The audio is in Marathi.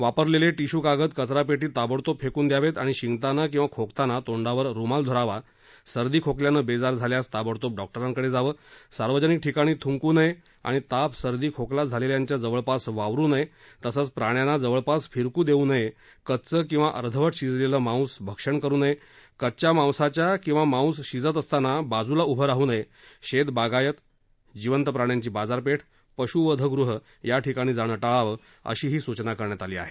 वापरलेले टिशू कागद कचरापेटीत ताबडतोब फेकून द्यावेत आणि शिंकताना किंवा खोकताना तोंडावर रुमाल धरावा सर्दी खोकल्यानं बेजार झाल्यास ताबडतोब डॉक्टरांकडे जावं सार्वजनिक ठिकाणी थुंकू नये आणि ताप सर्दी खोकला झालेल्यांच्या जवळपास वावरू नये तसच प्राण्यांना जवळपास फिरकू देऊ नये कच्चं किंवा अर्धवट शिजलेलं मांस भक्षण करू नये कच्च्या मांसाच्या किंवा मांस शिजत असताना बाजूला उभं राहू नये शेत बागायत जिवंत प्राण्यांची बाजारपेठ पशुवधगृह याठिकाणी जाणं टाळावं अशीही सूचना करण्यात आली आहे